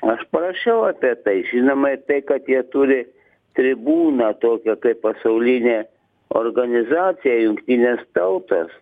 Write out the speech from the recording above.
aš parašiau apie tai žinoma tai kad jie turi tribūną tokią kaip pasaulinė organizacija jungtinės tautos